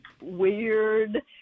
weird